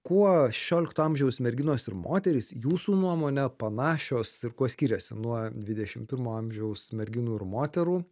kuo šešiolikto amžiaus merginos ir moterys jūsų nuomone panašios ir kuo skiriasi nuo dvidešim pirmo amžiaus merginų ir moterų